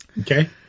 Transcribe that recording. Okay